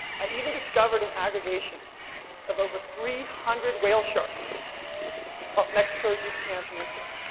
i even discovered an aggregation of over three hundred whale sharks off mexico's yucatan peninsula